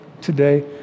today